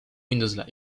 windows